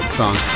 song